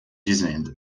dizendo